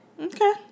Okay